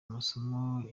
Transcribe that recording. amasomo